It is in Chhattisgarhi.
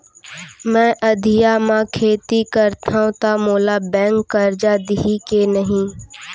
मैं अधिया म खेती करथंव त मोला बैंक करजा दिही के नही?